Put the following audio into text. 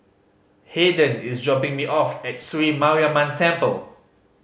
Hayden is dropping me off at Sri Mariamman Temple